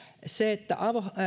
se että